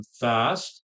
fast